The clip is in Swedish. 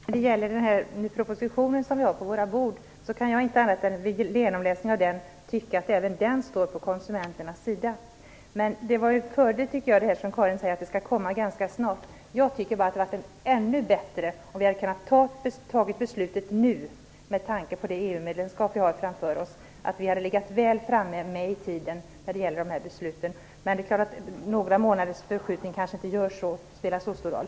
Herr talman! Vid genomläsning av propositionen kan jag inte annat än att tycka att även den står på konsumenternas sida. Men jag tycker att det hade varit bättre om vi hade kunnat fatta ett beslut med tanke på det EU-medlemskap som vi har framför oss. Vi hade legat väl framme i tiden. Men några månaders förskjutning kanske inte spelar så stor roll.